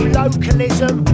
localism